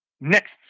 next